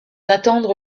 attendre